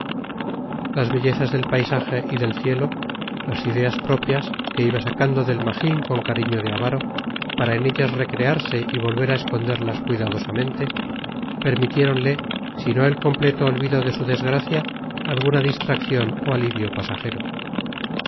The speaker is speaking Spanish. las bellezas del paisaje y del cielo las ideas propias que iba sacando del magín con cariño de avaro para en ellas recrearse y volver a esconderlas cuidadosamente permitiéronle si no el completo olvido de su desgracia alguna distracción o alivio pasajero